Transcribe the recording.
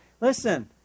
Listen